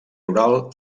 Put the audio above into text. rural